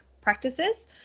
practices